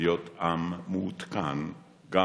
להיות עם מעודכן, גם